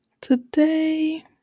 today